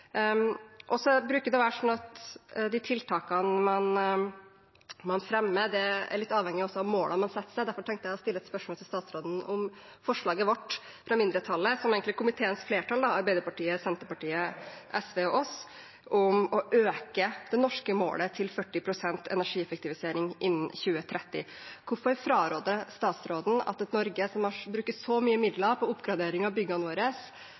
bruker å være sånn at de tiltakene man fremmer, også er litt avhengig av målene man setter seg. Derfor tenkte jeg å stille spørsmål til statsråden om forslaget fra mindretallet, som egentlig er komiteens flertall – Arbeiderpartiet, Senterpartiet, SV og oss – om å øke det norske målet til 40 pst. energieffektivisering innen 2030. Hvorfor fraråder statsråden at Norge, som bruker så mye midler på oppgradering av